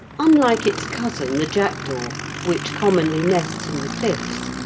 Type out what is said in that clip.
unlike its cousin the jackdaw which commonly nests in the cliffs,